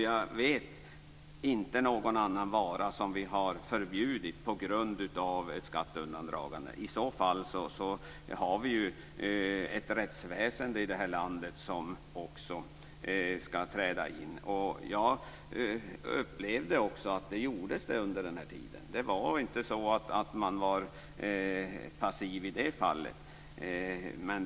Jag vet inte någon annan vara som vi har förbjudit på grund av ett skatteundandragande. I så fall har vi ju ett rättsväsende i det här landet som också skall träda in. Jag upplevde att det gjordes under den här tiden. Det var inte så att man var passiv i det fallet.